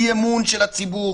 אי-אמון של הציבור.